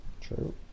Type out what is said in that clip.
True